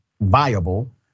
viable